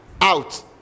out